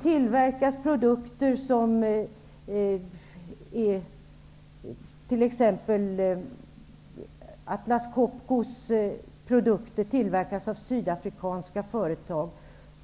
Atlas Copcos produkter t.ex. tillverkas av sydafrikanska företag.